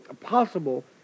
possible